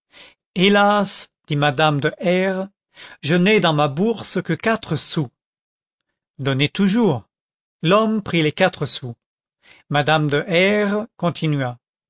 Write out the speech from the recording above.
hélas dit madame de r je n'ai dans ma bourse que quatre sous donnez toujours l'homme prit les quatre sous madame de r